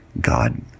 God